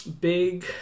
big